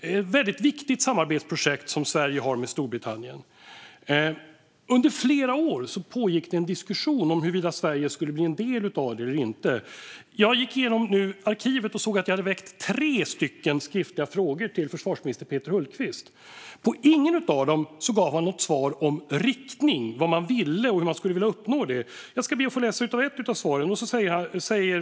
Det är ett väldigt viktigt samarbetsprojekt som Sverige har med Storbritannien. Under flera år pågick det en diskussion om huruvida Sverige skulle bli en del av projektet eller inte, och jag gick igenom arkivet och såg att jag ställt tre skriftliga frågor till försvarsminister Peter Hultqvist. På ingen av dem gav han något svar om riktningen, alltså vad man ville och hur man skulle vilja uppnå det. Jag ska be att få läsa ur ett av svaren.